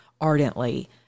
ardently